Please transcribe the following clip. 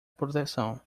proteção